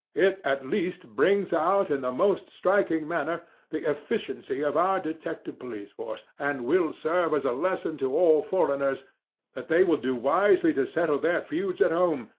it, at least, brings out in the most striking manner the efficiency of our detective police force, and will serve as a lesson to all foreigners that they will do wisely to settle their feuds at home,